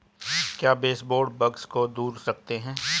क्या baseboard bugs को दूर रखते हैं?